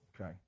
okay